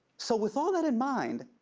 so with all that in mind.